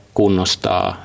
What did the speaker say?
kunnostaa